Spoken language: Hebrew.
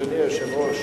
אדוני היושב-ראש.